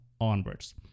onwards